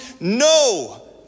No